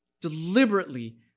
deliberately